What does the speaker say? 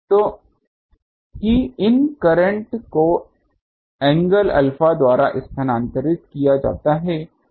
तो कि इन करंट को एंगल अल्फा द्वारा स्थानांतरित किया जाता है जो एकमात्र चाल है